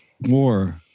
war